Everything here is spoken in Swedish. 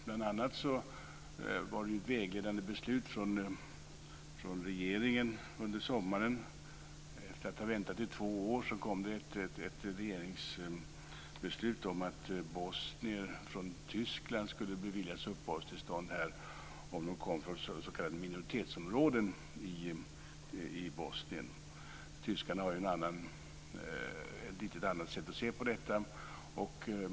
Bl.a. var det ett vägledande beslut från regeringen under sommaren. Efter att ha väntat i två år kom regeringen med ett beslut om att bosnier från Tyskland skulle beviljas uppehållstillstånd här om de kom från s.k. minoritetsområden i Bosnien. Tyskarna har ett lite annat sätt att se på detta.